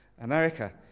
America